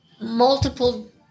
multiple